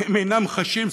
אינם חשים,